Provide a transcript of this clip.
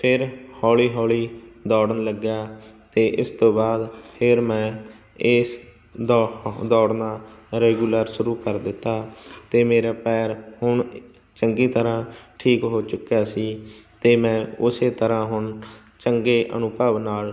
ਫਿਰ ਹੌਲੀ ਹੌਲੀ ਦੌੜਨ ਲੱਗਿਆ ਅਤੇ ਇਸ ਤੋਂ ਬਾਅਦ ਫਿਰ ਮੈਂ ਇਸ ਦੌ ਦੌੜਨਾ ਰੈਗੂਲਰ ਸ਼ੁਰੂ ਕਰ ਦਿੱਤਾ ਅਤੇ ਮੇਰਾ ਪੈਰ ਹੁਣ ਚੰਗੀ ਤਰ੍ਹਾਂ ਠੀਕ ਹੋ ਚੁੱਕਿਆ ਸੀ ਅਤੇ ਮੈਂ ਉਸ ਤਰ੍ਹਾਂ ਹੁਣ ਚੰਗੇ ਅਨੁਭਵ ਨਾਲ